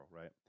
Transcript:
right